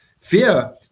Fear